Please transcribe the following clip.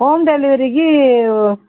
home டெலிவரிக்கு